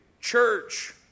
church